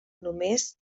només